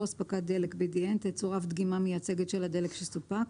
אספקת דלק (BDN) תצורף דגימה מייצגת של הדלק שסופק,